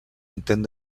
intent